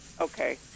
Okay